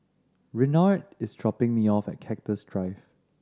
Renard is dropping me off at Cactus Drive